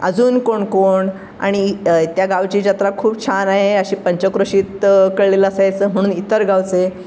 अजून कोण कोण आणि त्या गावची जत्रा खूप छान आहे अशी पंचक्रोशीत कळलेलं असायचं म्हणून इतर गावचे